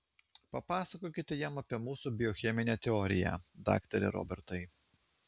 papasakokite jam apie mūsų biocheminę teoriją daktare robertai